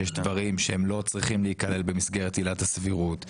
יש דברים שהם לא צריכים להיכלל במסגרת עילת הסבירות.